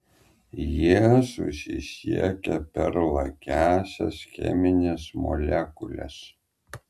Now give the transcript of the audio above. jie susisiekia per lakiąsias chemines molekules